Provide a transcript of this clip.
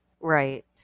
Right